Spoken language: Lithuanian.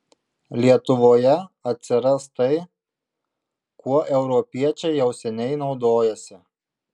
lietuvoje atsiras tai kuo europiečiai jau seniai naudojasi